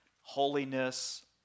holiness